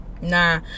Nah